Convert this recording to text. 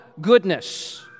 goodness